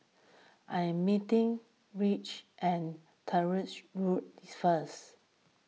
I am meeting Erich at Tyrwhitt Road first